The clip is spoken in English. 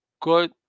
good